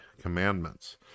commandments